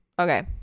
okay